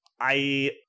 I-